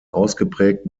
ausgeprägt